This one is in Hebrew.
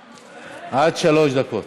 עד שלוש דקות.